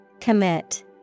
Commit